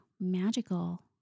magical